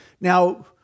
Now